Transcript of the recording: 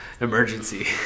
Emergency